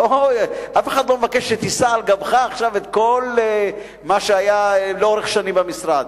אף אחד לא מבקש שתישא על גבך עכשיו את כל מה שהיה לאורך שנים במשרד.